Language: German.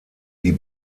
die